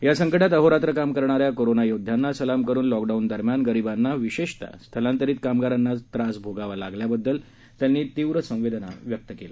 या संकटात अहोरात्र काम करणाऱ्या कोरोना योद्ध्यांना सलाम करुन लॉकडाऊन दरम्यान गरीबांना विशेषतः स्थलांतरित कामगारांना त्रास भोगावा लागल्याबद्दल तीव्र संवेदना त्यांनी व्यक्त केल्या